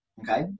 Okay